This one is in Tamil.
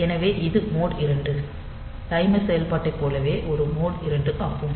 எனவே இது மோட் 2 டைமர் செயல்பாட்டைப் போலவே ஒரு மோட் 2 ஆகும்